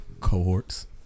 cohorts